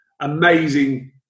amazing